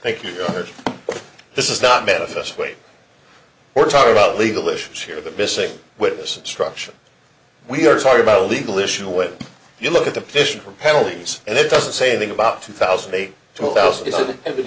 thank you for this is not manifest weight we're talking about legal issues here the missing witness instruction we are talking about a legal issue when you look at the petition for penalties and it doesn't say anything about two thousand